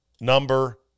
number